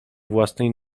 własnej